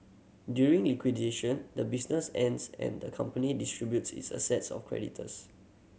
during liquidation the business ends and the company distributes its assets of creditors